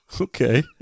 Okay